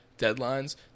deadlines